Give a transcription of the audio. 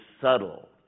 subtle